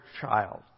child